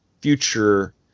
future